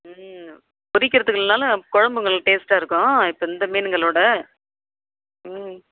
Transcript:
ம் பொரிக்கிறதுக்கு இல்லனாலும் குழம்புங்களுக்கு டேஸ்ட்டாக இருக்கும் இப்போ இந்த மீனுங்களோட ம்